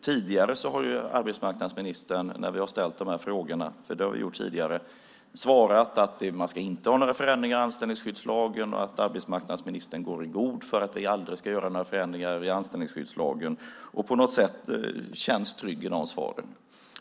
Tidigare när vi har ställt de här frågorna till arbetsmarknadsministern, för det har vi gjort, har han svarat att man inte ska göra några förändringar i anställningsskyddslagen och att arbetsmarknadsministern går i god för att de aldrig ska göras några förändringar i anställningsskyddslagen. På något sätt har det känts tryggt med svaren.